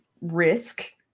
risk